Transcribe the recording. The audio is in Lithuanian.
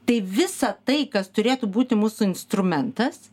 tai visą tai kas turėtų būti mūsų instrumentas